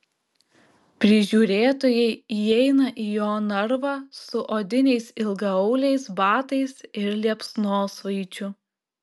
prižiūrėtojai įeina į jo narvą su odiniais ilgaauliais batais ir liepsnosvaidžiu